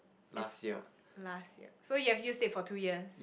it's bought last year so you've used it for two years